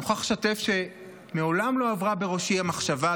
אני מוכרח לשתף שמעולם לא עברה בראשי המחשבה,